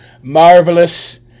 marvelous